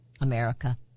America